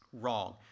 wrong